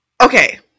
Okay